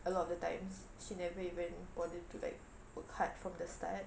a lot of the times she never even bother to like work hard from the start